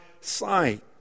sight